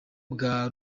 bwa